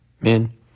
men